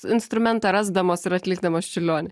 instrumentą rasdamos ir atlikdamos čiurlionį